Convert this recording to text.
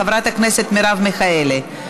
חברת הכנסת מרב מיכאלי,